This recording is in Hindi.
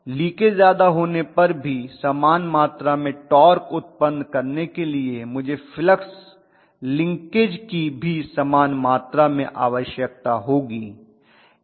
लीकेज ज्यादा होने पर भी समान मात्रा में टॉर्क उत्पन्न करने के लिए मुझे फ्लक्स लिंकेज की भी समान मात्रा में आवश्यकता हो सकती है